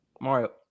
Mario